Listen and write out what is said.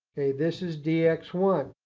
okay. this is d x one.